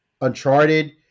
Uncharted